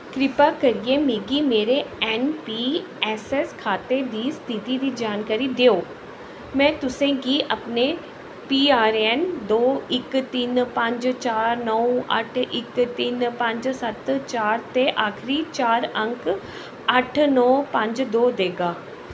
किरपा करियै मिगी मेरे ऐन्नपीऐस्स खाते दी स्थिति दी जानकारी देओ में तुसें गी अपने पीआरएएन्न दो इक तिन पंज चार नौ अट्ठ इक तिन पंज सत्त चार ते आखरी चार अंक अट्ठ नौ पंज दो देगा